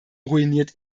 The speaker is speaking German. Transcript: ruiniert